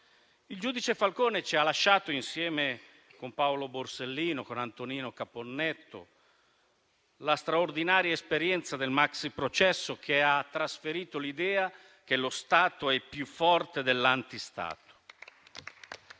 Il giudice Falcone ci ha lasciato, insieme con Paolo Borsellino e Antonino Caponnetto, la straordinaria esperienza del maxiprocesso, che ha trasferito l'idea che lo Stato è più forte dell'antistato.